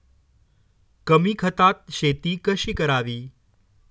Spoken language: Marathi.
कमी खतात शेती कशी करावी?